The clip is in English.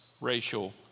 racial